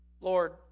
Lord